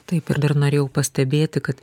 taip ir dar norėjau pastebėti kad